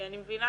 אני מבינה